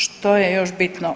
Što je još bitno?